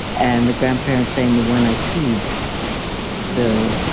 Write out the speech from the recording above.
and the grandparent saying, the one i feed so